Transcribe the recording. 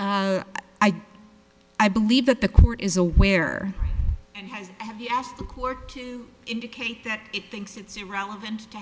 i believe that the court is aware and has have you asked the court to indicate that it thinks it's relevant to